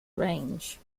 range